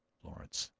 florence.